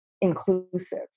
inclusive